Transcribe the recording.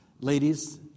Ladies